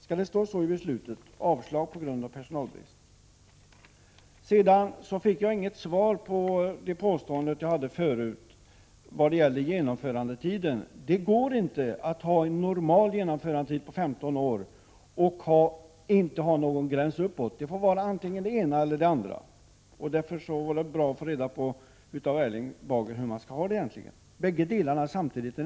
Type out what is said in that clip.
Skall det stå så i besluten? Jag fick inget svar när det gällde genomförandetiden. Det går inte att ha en normal genomförandetid på 15 år utan att ha en gräns uppåt. Det måste vara antingen det ena eller det andra, och det vore bra att få reda på av Erling Bager hur folkpartiet vill ha det.